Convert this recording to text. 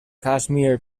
kashmir